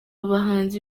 bahanzi